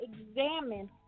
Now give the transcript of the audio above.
examine